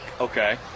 Okay